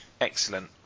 Excellent